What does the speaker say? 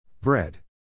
Bread